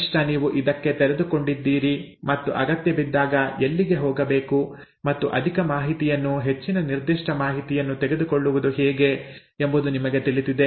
ಕನಿಷ್ಠ ನೀವು ಇದಕ್ಕೆ ತೆರೆದುಕೊಂಡಿದ್ದೀರಿ ಮತ್ತು ಅಗತ್ಯಬಿದ್ದಾಗ ಎಲ್ಲಿಗೆ ಹೋಗಬೇಕು ಮತ್ತು ಅಧಿಕ ಮಾಹಿತಿಯನ್ನು ಹೆಚ್ಚಿನ ನಿರ್ದಿಷ್ಟ ಮಾಹಿತಿಯನ್ನು ತೆಗೆದುಕೊಳ್ಳುವುದು ಹೇಗೆ ಎಂಬುದು ನಿಮಗೆ ತಿಳಿದಿದೆ